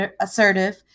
assertive